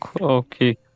okay